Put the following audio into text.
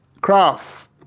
Craft